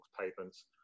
pavements